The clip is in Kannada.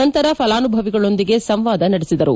ನಂತರ ಫಲಾನುಭವಿಗಳೊಂದಿಗೆ ಸಂವಾದ ನಡೆಸಿದರು